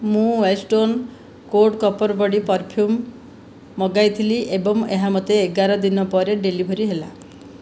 ମୁଁ wild stone code copper body perfume ମଗାଇଥିଲି ଏବଂ ଏହା ମୋତେ ଏଗାର ଦିନ ପରେ ଡେଲିଭରୀ ହେଲା